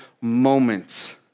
moment